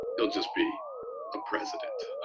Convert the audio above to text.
he'll just be a president.